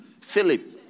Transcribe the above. Philip